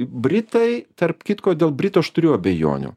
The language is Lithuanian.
britai tarp kitko dėl britų aš turiu abejonių